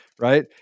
right